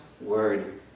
word